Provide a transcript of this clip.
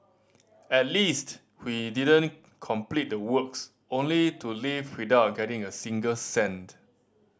at least we didn't complete the works only to leave without getting a single cent